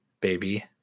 baby